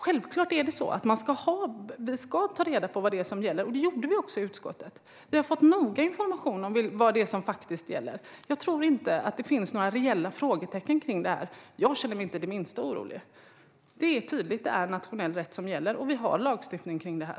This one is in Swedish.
Självklart ska man ta reda på vad som gäller. Det gjorde vi också i utskottet. Vi har blivit noga informerade om vad det är som faktiskt gäller. Jag tror inte att det finns några reella frågetecken kring detta. Jag känner mig inte det minsta orolig. Det är tydligt att det är nationell rätt som gäller, och vi har lagstiftning kring det här.